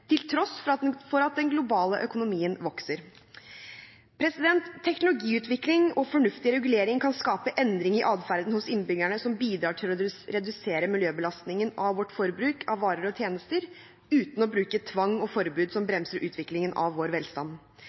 for at den globale økonomien vokser. Teknologiutvikling og fornuftig regulering kan skape endring i adferden hos innbyggerne som bidrar til å redusere miljøbelastningen av vårt forbruk av varer og tjenester, uten å bruke tvang og forbud som bremser utviklingen av vår velstand.